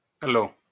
Hello